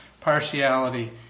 partiality